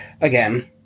again